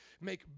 make